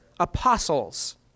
Apostles